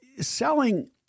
selling